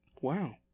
Wow